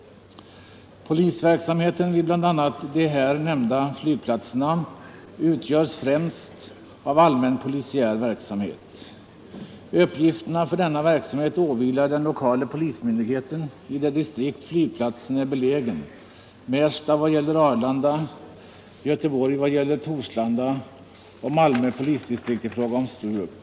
Polisverksamheten vid bl.a. de här nämnda flygplatserna utgöres främst av allmän polisiär verksamhet. Uppgifterna åvilar den lokala polismyndigheten i det distrikt Aygplatsen är belägen: Märsta vad gäller Arlanda, Göteborg vad gäller Torslanda och Malmö polisdistrikt i fråga om Sturup.